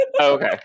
Okay